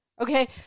okay